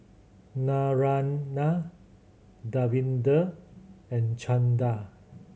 Naraina Davinder and Chanda